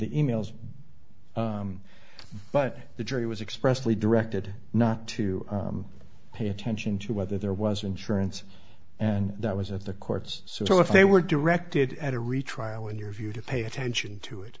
the e mails but the jury was expressly directed not to pay attention to whether there was an insurance and that was if the courts so if they were directed at a retrial in your view to pay attention to it